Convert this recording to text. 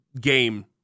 game